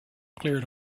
cleared